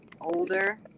older